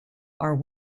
are